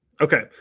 Okay